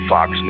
Fox